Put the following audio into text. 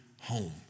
home